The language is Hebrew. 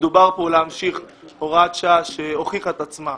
מדובר פה על להמשיך הוראת שעה שהוכיחה את עצמה,